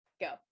go